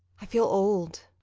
i feel old.